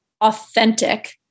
authentic